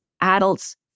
adults